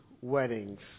weddings